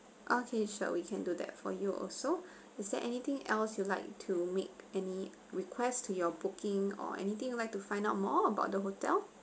okay sure we can do that for you also is there anything else you'd like to make any request to your booking or anything you'd like to find out more about the hotel